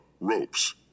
Ropes